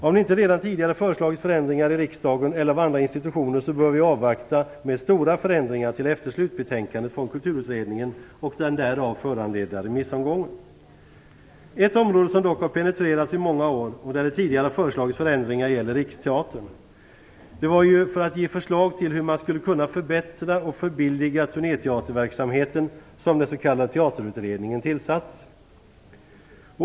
Om det inte redan tidigare har föreslagits förändringar i riksdagen eller av andra institutioner bör vi avvakta med stora förändringar tills vi har fått Kulturutredningens slutbetänkande och den därav föranledda remissomgången. Ett område som dock har penetrerats i många år, och där det tidigare har föreslagits förändringar, gäller Riksteatern. Det var ju för att ge förslag till hur man kunde förbättra och förbilliga turnéteaterverksamheten som den s.k. Teaterutredningen tillsattes.